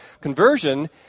conversion